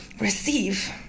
receive